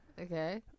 Okay